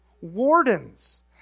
Wardens